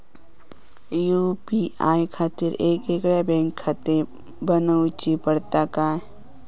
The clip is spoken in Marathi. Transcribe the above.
यू.पी.आय खातीर येगयेगळे बँकखाते बनऊची पडतात काय?